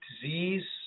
disease